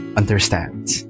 understands